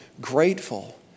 grateful